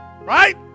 right